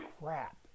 crap